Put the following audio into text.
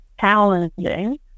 challenging